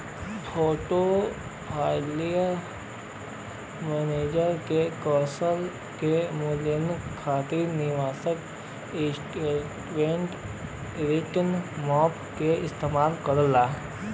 portfolio manager के कौशल क मूल्यांकन खातिर निवेशक रिलेटिव रीटर्न माप क इस्तेमाल करलन